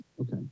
Okay